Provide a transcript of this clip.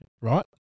right